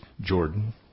Jordan